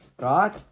Right